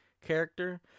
character